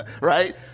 Right